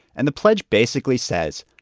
and the pledge basically says,